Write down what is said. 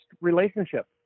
relationship